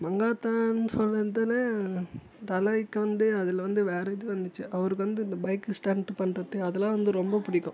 மங்காத்தான்னு சொல்லுறதுலே தலைக்கு வந்து அதில் வந்து வேறு இது வந்துச்சு அவருக்கு வந்து இந்த பைக்கு ஸ்டண்ட்டு பண்ணுறது அதெல்லாம் வந்து ரொம்ப பிடிக்கும்